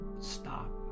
stop